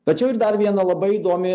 tačiau ir dar viena labai įdomi